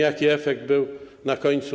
Jaki efekt był na końcu?